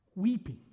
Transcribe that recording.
Weeping